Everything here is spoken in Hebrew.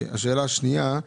השאלה השנייה,